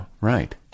right